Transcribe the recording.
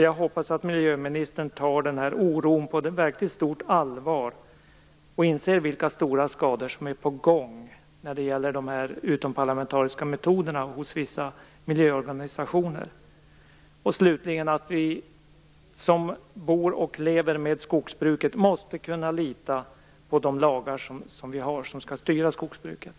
Jag hoppas att miljöministern tar oron på verkligt stort allvar och att hon inser vilka stora skador som är på gång till följd av de utomparlamentariska metoderna hos vissa miljöorganisationer. Slutligen måste de som bor och lever med skogsbruket kunna lita på de lagar som skall styra skogsbruket.